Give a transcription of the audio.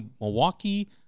Milwaukee